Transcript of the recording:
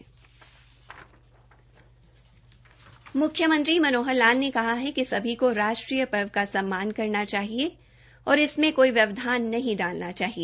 म्ख्यमंत्री मनोहर लाल कहा है कि सभी को राष्ट्रीय पर्व का सम्मान करना चाहिए और इसमे कोई व्यवधान विवधान नहीं डालना चाहिए